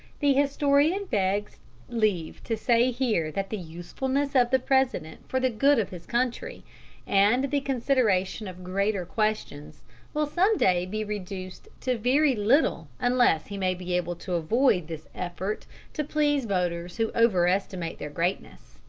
the historian begs leave to say here that the usefulness of the president for the good of his country and the consideration of greater questions will some day be reduced to very little unless he may be able to avoid this effort to please voters who overestimate their greatness.